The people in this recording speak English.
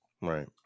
Right